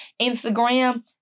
Instagram